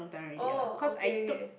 orh ok ok